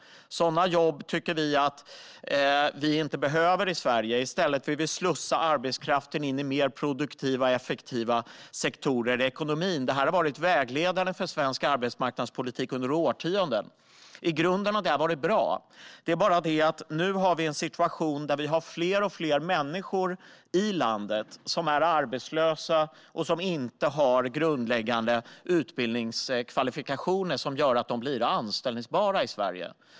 Sådana jobb tycker vi att vi inte behöver i Sverige. I stället vill vi slussa arbetskraften in i mer produktiva och effektiva sektorer i ekonomin. Detta har varit vägledande för svensk arbetsmarknadspolitik under årtionden. I grunden har det varit bra. Det är bara det att vi nu har en situation där vi har fler och fler människor i landet som är arbetslösa och som inte har grundläggande utbildningskvalifikationer som gör att de blir anställbara i Sverige.